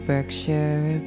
Berkshire